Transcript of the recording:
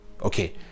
okay